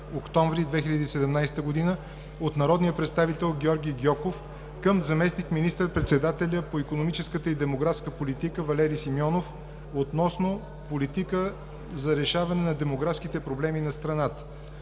октомври 2017 г., от народния представител Георги Гьоков към заместник министър-председателя по икономическата и демографската политика Валери Симеонов относно политика за решаване на демографските проблеми на страната